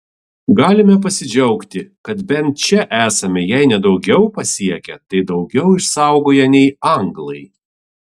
galime pasidžiaugti kad bent čia esame jei ne daugiau pasiekę tai daugiau išsaugoję nei anglai